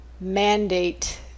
mandate